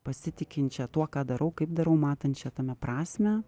pasitikinčią tuo ką darau kaip darau matančią tame prasmę